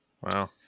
Wow